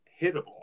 hittable